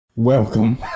Welcome